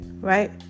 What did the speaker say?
Right